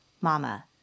mama